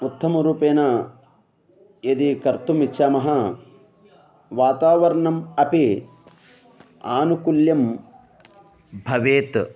उत्तमरूपेण यदि कर्तुम् इच्छामः वातावरणम् अपि आनुकूल्यं भवेत्